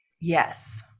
yes